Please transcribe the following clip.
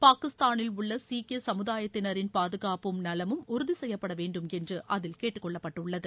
பாகிஸ்தானில் உள்ள சீக்கிய சமுதாயத்தினரின் பாதுகாப்பும் நலமும் உறுதி செய்யப்படவேண்டும் என்று அதில் கேட்டுக்கொள்ளப்பட்டுள்ளது